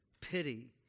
pity